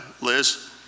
Liz